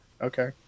okay